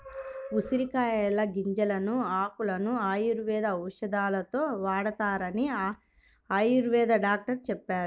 ఉసిరికాయల గింజలను, ఆకులను ఆయుర్వేద ఔషధాలలో వాడతారని ఆయుర్వేద డాక్టరు చెప్పారు